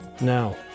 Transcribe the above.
Now